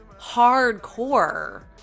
hardcore